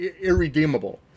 irredeemable